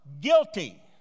guilty